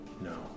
No